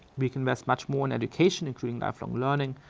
we can invest much more in education including lifelong learning,